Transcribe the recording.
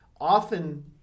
often